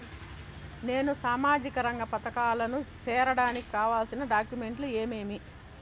నేను సామాజిక రంగ పథకాలకు సేరడానికి కావాల్సిన డాక్యుమెంట్లు ఏమేమీ?